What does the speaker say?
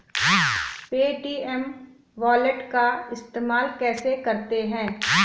Paytm wallet का इस्तेमाल कैसे करते हैं?